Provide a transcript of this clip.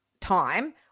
time